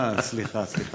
אה, סליחה, סליחה.